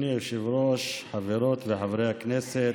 אדוני היושב-ראש, חברות וחברי הכנסת,